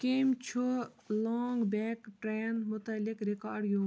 کٔمۍ چھُ long back train مُتعلِق رِکارڈ گیوٚو